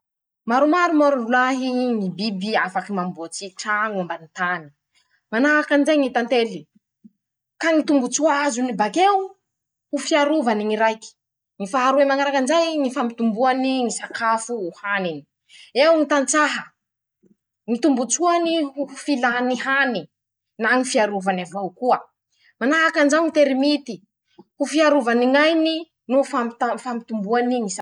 Maromaro moa rolahy ñy biby afaky mamboatsy traño ambany tany: Manahaky anizay ñy "tantely ",ka ñy tombon-tsoa azony bakeo ho fiarovany ñy raiky ;ñy faharoe mañaraky anizay ñy fampitomboany ñy sakafo ho haniny. Eo ñy "tan-tsaha". ñy tombo-tsoany hi hi filany hany na ñy fiarovany avao koa ;manahaky anizao ñy terimity. ho fiarovany ñ'ainy no fampità fampitomboany ñy sakafo.